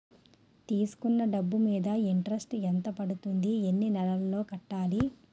తీసుకున్న డబ్బు మీద ఇంట్రెస్ట్ ఎంత పడుతుంది? ఎన్ని నెలలో కట్టాలి?